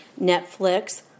Netflix